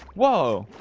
whoa?